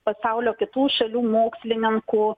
pasaulio kitų šalių mokslininkų